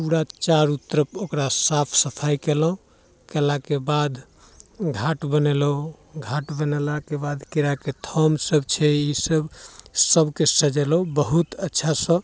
पूरा चारू तरफ ओकरा साफ सफाइ केलहुँ केलाके बाद घाट बनेलहुँ घाट बनेलाके बाद केराके थम्म सभ छै ई सभके सजेलहुँ बहुत अच्छासँ